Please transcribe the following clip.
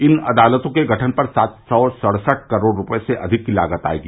इन अदालतों के गठन पर सात सी सडसठ करोड रूपए से अधिक की लागत आएगी